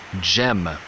gem